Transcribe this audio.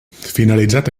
finalitzat